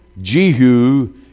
Jehu